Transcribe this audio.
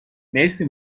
مرسی